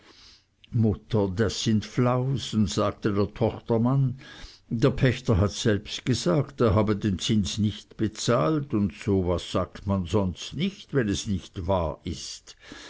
mutter das sind flausen sagte der tochtermann der pächter hat selbst gesagt er habe den zins nicht bezahlt und so was sagt man sonst nicht wenn es nicht wahr ist